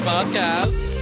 Podcast